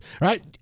right